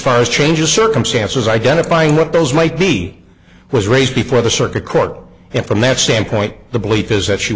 far as changing circumstances identifying what those might be was raised before the circuit court and from that standpoint the belief is that she